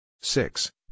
six